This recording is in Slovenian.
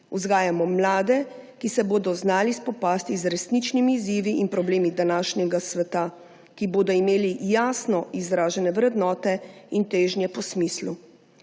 Vzgajamo mlade, ki se bodo znali spopasti z resničnimi izzivi in problemi današnjega sveta, ki bodo imeli jasno izražene vrednote in težnje po smislu.